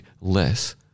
less